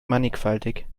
mannigfaltig